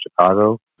Chicago